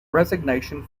resignation